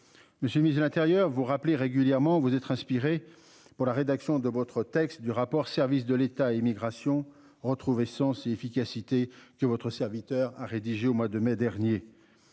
Monsieur ministre de l'Intérieur vous rappeler régulièrement. Vous êtes inspiré pour la rédaction de votre texte du rapport, services de l'État émigration retrouver sens et efficacité que votre serviteur a rédigé au mois de mai dernier.